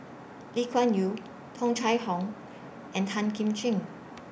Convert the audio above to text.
Lee Kuan Yew Tung Chye Hong and Tan Kim Ching